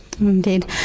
Indeed